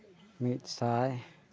ᱢᱤᱫ ᱥᱟᱭ